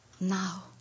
Now